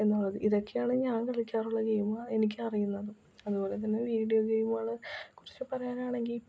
എന്നുള്ളത് ഇതൊക്കെയാണ് ഞാന് കളിക്കാറുള്ള ഗെയിമ് എനിക്ക് അറിയുന്നതും അതുപോലെ തന്നെ വീഡിയോ ഗെയിമുകളെ കുറിച്ച് പറയുവാനാണെങ്കിൽ ഇപ്പം